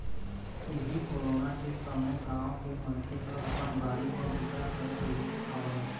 इहीं कोरोना के समे गाँव के मनखे ह अपन बाड़ी म बूता करत रिहिस हवय